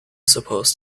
supposed